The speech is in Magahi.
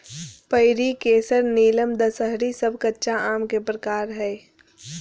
पयरी, केसर, नीलम, दशहरी सब कच्चा आम के प्रकार हय